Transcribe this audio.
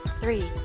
three